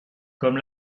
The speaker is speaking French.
comme